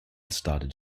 started